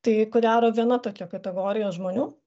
tai ko gero viena tokia kategorija žmonių